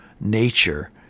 nature